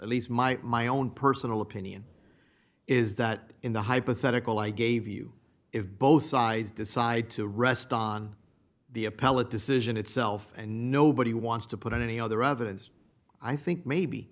at least my my own personal opinion is that in the hypothetical i gave you if both sides decide to rest on the appellate decision itself nobody wants to put on any other evidence i think maybe